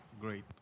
Great